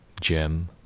gem